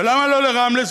ולמה לא לרמלה?